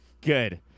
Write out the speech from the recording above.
Good